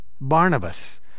Barnabas